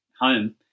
home